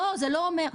לא, זה לא אומר.